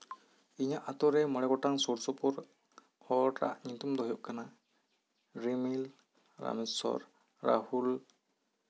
ᱤᱧᱟᱹᱜ ᱟᱹᱛᱩᱨᱮ ᱢᱚᱬᱮ ᱜᱚᱴᱟᱝ ᱥᱩᱨ ᱥᱩᱯᱩᱨ ᱦᱚᱲᱟᱜ ᱧᱩᱛᱩᱢ ᱫᱚ ᱦᱩᱭᱩᱜ ᱠᱟᱱᱟ ᱨᱤᱢᱤᱞ ᱨᱟᱢᱮᱥᱥᱚᱨ ᱨᱟᱦᱩᱞ